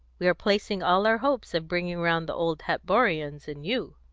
we are placing all our hopes of bringing round the old hatborians in you.